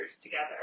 together